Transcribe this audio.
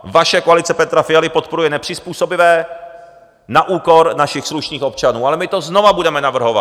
Vaše koalice Petra Fialy podporuje nepřizpůsobivé na úkor našich slušných občanů, ale my to budeme znovu navrhovat.